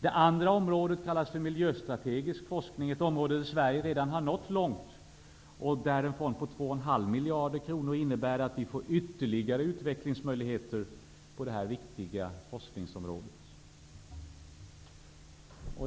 Det andra området kallas för miljöstrategisk forskning, ett område där Sverige redan har nått långt och där en fond på 2,5 miljarder kronor innebär att vi får ytterligare utvecklingsmöjligheter på det här viktiga forskningsområdet.